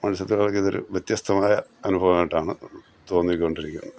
മത്സ്യത്തൊഴിലാളികൾക്കിതൊരു വ്യത്യസ്തമായ അനുഭവമായിട്ടാണ് തോന്നിക്കൊണ്ടിരിക്കുന്നത്